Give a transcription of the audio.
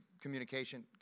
communication